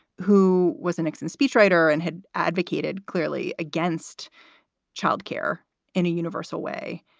who was a nixon speechwriter and had advocated clearly against child care in a universal way.